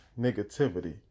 negativity